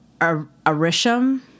Arisham